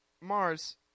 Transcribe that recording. Mars